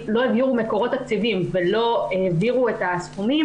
לא העבירו מקורות תקציביים ולא העבירו את הסכומים,